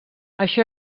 això